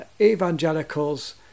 evangelicals